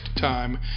time